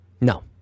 No